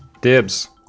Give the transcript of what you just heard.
Dibs